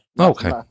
Okay